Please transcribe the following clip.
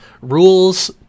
rules